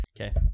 Okay